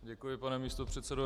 Děkuji, pane místopředsedo.